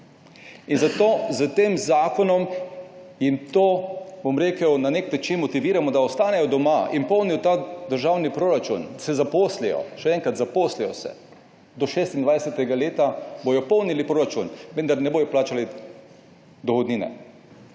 Zato jih s tem zakonom na nek način motiviramo, da ostanejo doma in polnijo ta državni proračun, ko se zaposlijo. Še enkrat, zaposlijo se. Do 26. leta bodo polnili proračun, vendar ne bodo plačali dohodnine.